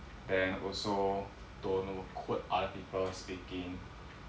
then also don't quote other people speaking